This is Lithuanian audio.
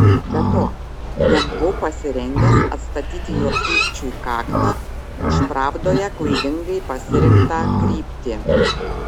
be to nebuvau pasirengęs atstatyti jo pykčiui kaktą už pravdoje klaidingai pasirinktą kryptį